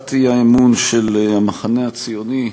להצעת האי-אמון של המחנה הציוני.